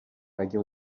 اگه